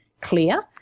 clear